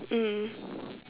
mm